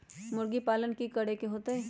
मुर्गी पालन ले कि करे के होतै?